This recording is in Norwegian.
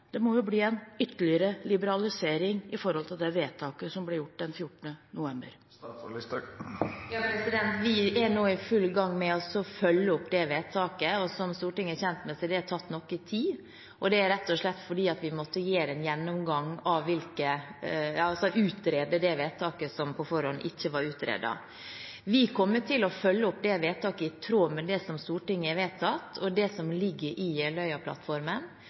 Det må jo bli en ytterligere liberalisering i forhold til det vedtaket som ble gjort den 14. november. Vi er nå i full gang med å følge opp det vedtaket. Som Stortinget er kjent med, har det tatt noe tid, og det er rett og slett fordi vi måtte gjøre en gjennomgang – altså utrede vedtaket, som på forhånd ikke var utredet. Vi kommer til å følge opp det vedtaket i tråd med det som Stortinget har vedtatt, og det som ligger i